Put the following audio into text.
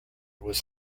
was